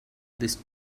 this